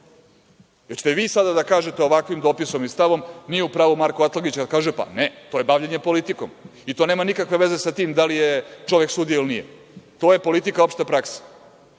Hoćete vi sada da kažete ovakvim dopisom i stavom – nije u pravu Marko Atlagić kada kaže, ne, to je bavljenje politikom i to nema nikakve veze sa tim da li je čovek sudija ili nije. To je politika opšte prakse. Hoće